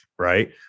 right